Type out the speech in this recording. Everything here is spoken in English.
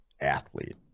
athlete